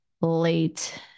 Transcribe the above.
late